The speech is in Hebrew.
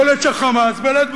יכול להיות שה"חמאס", בלית ברירה,